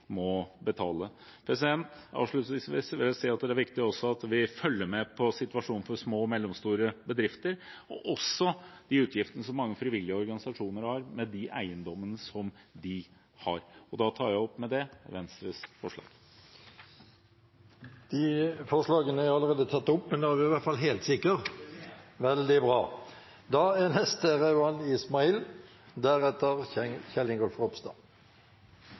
må betale. Avslutningsvis vil jeg si at det også er viktig at vi følger med på situasjonen for små og mellomstore bedrifter og også utgiftene som mange frivillige organisasjoner har, med de eiendommene de har. Jeg er veldig glad for at stortingsflertallet i dag blir enige om en strømpakke til alle dem som i uker og måneder har gått rundt og gruet seg til dagen strømregningen kommer i postkassen. Dette er